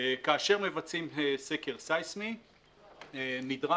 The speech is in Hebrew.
כאשר מבצעים סקר סיסמי נדרש,